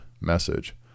message